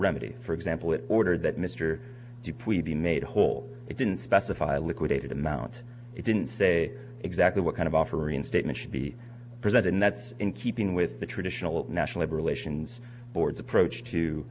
remedy for example it ordered that mr de puy be made whole it didn't specify liquidated amount it didn't say exactly what kind of offer reinstatement should be presented and that's in keeping with the traditional national labor relations board approach to